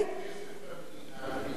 זה נותן כסף למדינה.